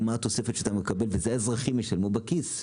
ואת זה האזרחים ישלמו מכיסם,